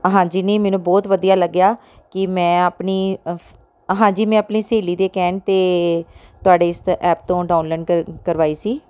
ਹਾਂਜੀ ਨਹੀਂ ਮੈਨੂੰ ਬਹੁਤ ਵਧੀਆ ਲੱਗਿਆ ਕਿ ਮੈਂ ਆਪਣੀ ਅਫ਼ ਹਾਂਜੀ ਮੈਂ ਆਪਣੀ ਸਹੇਲੀ ਦੇ ਕਹਿਣ 'ਤੇ ਤੁਹਾਡੇ ਇਸ ਐਪ ਤੋਂ ਡਾਊਨਲੋਨ ਕਰ ਕਰਵਾਈ ਸੀ